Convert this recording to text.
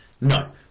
No